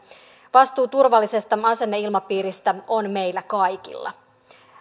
vastuu turvallisesta asenneilmapiiristä on meillä kaikilla